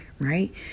right